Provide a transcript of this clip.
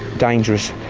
dangerous,